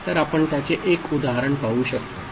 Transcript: तर आपण त्याचे एक उदाहरण पाहू शकतो